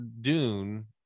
Dune